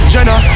Jenna